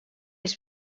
els